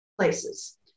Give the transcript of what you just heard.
places